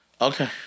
Okay